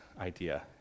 idea